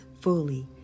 fully